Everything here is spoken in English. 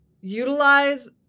utilize